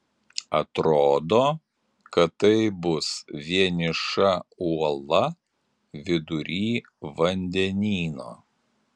atrodo kad tai bus vieniša uola vidury vandenyno